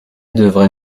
devrait